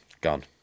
Gone